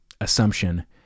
assumption